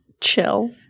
chill